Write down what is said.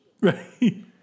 Right